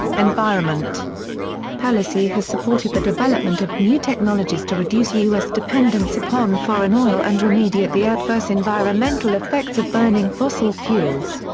environment pelosi has supported the development of new technologies to reduce u s. dependence upon foreign oil and remediate the adverse environmental effects of burning fossil fuels.